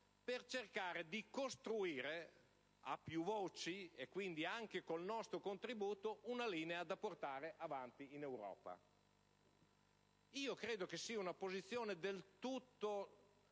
per cercare di costruire a più voci, quindi anche con il nostro contributo, una linea da portare avanti in Europa. Io credo che questa sia una posizione del tutto